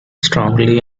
strongly